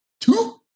Two